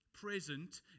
present